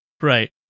Right